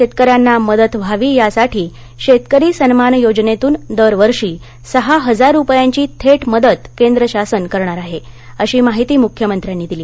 शेतकऱ्यांना मदत व्हावी यासाठी शेतकरी सन्मान योजनेतून दरवर्षी सहा हजार रुपयांची थेट मदत केंद्र शासन करणार आहे अशी माहिती मुख्यमंत्र्यांनी दिली